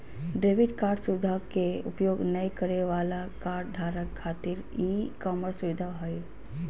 debit card सुवधा के उपयोग नय करे वाला कार्डधारक खातिर ई कॉमर्स सुविधा हइ